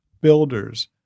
builders